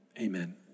amen